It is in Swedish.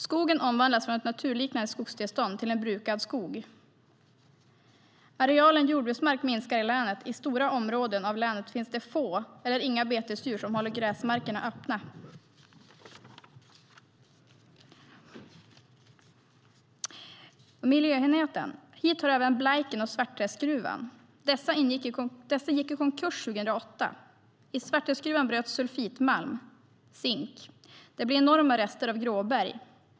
Skogen omvandlas från ett naturliknande skogstillstånd till en brukad skog. Arealen jordbruksmark minskar i länet. I stora områden av länet finns det få eller inga betesdjur som håller gräsmarkerna öppna. Jag övergår nu till att tala om miljöenheten. Hit hör även Blajken och Svartträskgruvan. Dessa gick i konkurs 2008. I Svartträskgruvan bröts sulfitmalm, zink. Det blir enorma rester av gråberg.